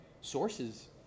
sources